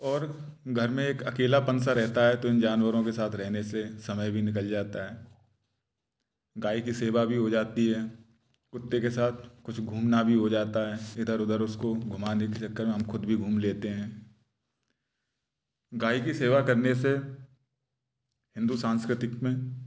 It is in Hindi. और घर में एक अकेलापन सा रहता है तो इन जानवरों के साथ रहने से समय भी निकल जाता है गाय की सेवा भी हो जाती है कुत्ते के साथ कुछ घूमना भी हो जाता है इधर उधर उसको घूमाने के चक्कर हम खुद भी घूम लेते हैं गाय की सेवा करने से हिंदू सांस्कृतिक में